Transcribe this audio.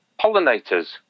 pollinators